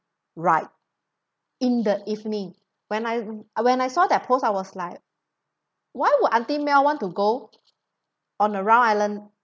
ride in the evening when I when I saw that post I was like why would auntie mel want to go on a round island